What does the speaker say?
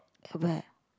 at where